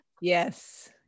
Yes